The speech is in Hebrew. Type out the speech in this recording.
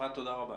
אפרת, תודה רבה.